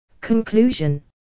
Conclusion